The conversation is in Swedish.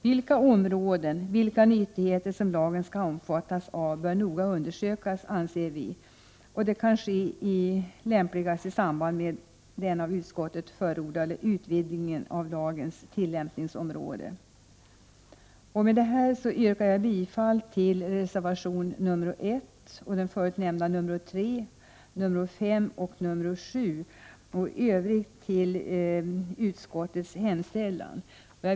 Vilka områden och vilka nyttigheter som lagen skall omfattas av bör noga undersökas, anser vi. Det kan lämpligast ske i samband Med detta yrkar jag bifall till reservation 1 och den förutnämnda reservation 3, till reservation 5 och 7 samt i övrigt till utskottets hemställan.